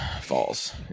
falls